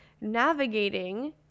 navigating